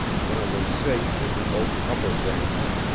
when it was safe in the oak's upper branches,